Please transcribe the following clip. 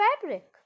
fabric